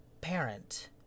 parent